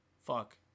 fuck